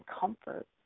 comfort